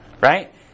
right